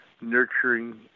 nurturing